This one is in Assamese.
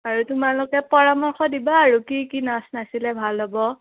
আৰু তোমালোকে পৰামৰ্শ দিবা আৰু কি কি নাচ নাচিলে ভাল হ'ব